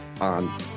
on